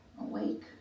awake